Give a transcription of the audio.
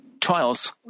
trials